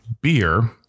beer